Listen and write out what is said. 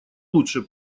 лучше